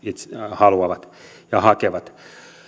haluavat ja hakevat